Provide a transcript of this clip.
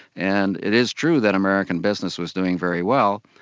and it is true that american business was doing very well.